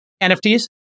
NFTs